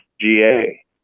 GA